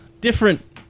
different